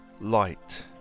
light